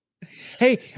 Hey